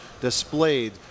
displayed